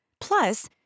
Plus